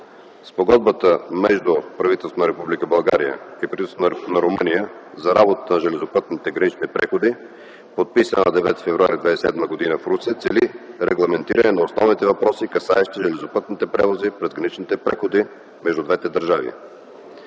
Спогодбата между правителството на Република България и правителството на Румъния за работата на железопътните гранични преходи, подписана на 9 февруари 2007 г. в Русе, цели регламентиране на основните въпроси, касаещи железопътните превози през граничните преходи между двете държави.